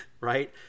right